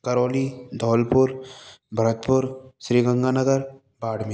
Karauli Dholpur Bharatpur Shri Ganganagar Barmer